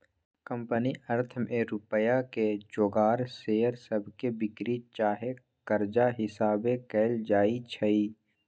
company अर्थ में रुपइया के जोगार शेयर सभके बिक्री चाहे कर्जा हिशाबे कएल जाइ छइ